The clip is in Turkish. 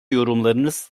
yorumlarınız